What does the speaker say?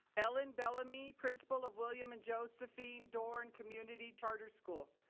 ellen bellamy, principal of william and josephine dorn community charter school.